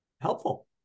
helpful